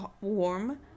warm